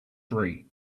three